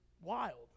wild